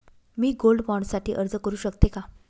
मी gold bond साठी अर्ज करु शकते का?